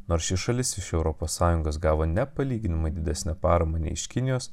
nors ši šalis iš europos sąjungos gavo nepalyginamai didesnę paramą nei iš kinijos